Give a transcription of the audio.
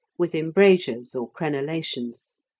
with embrasures or crenellations.